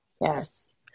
Yes